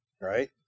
right